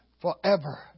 forever